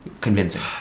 Convincing